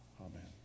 amen